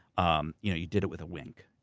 um you know you did it with a wink,